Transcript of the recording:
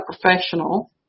professional